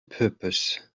purpose